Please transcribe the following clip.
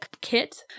kit